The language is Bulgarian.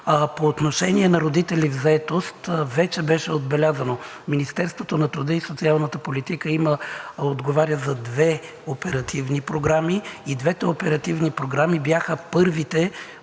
По отношение на Проект „Родители в заетост“ вече беше отбелязано – Министерството на труда и социалната политика отговаря за две оперативни програми. И двете оперативни програми бяха първите,